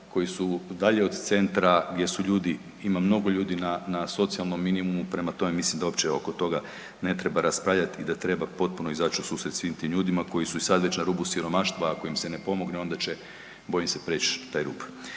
koji su dalje od centra, gdje su ljudi, ima mnogo ljudi na socijalnom minimumu, prema tome mislim da uopće oko toga ne treba raspravljati i da treba potpuno izaći u susret svim tim ljudima koji su i sad već na rubu siromaštva ako im se ne pomogne onda se bojim se preći taj rub.